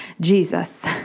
Jesus